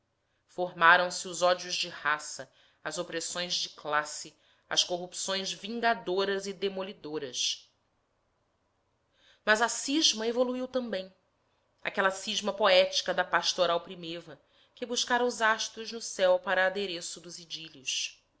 formaram-se os ódios de raça as opressões de classe as corrupções vingadoras e demolidoras mas a cisma evoluiu também aquela cisma poética da pastoral primeva que buscara os astros no céu para adereço dos idílios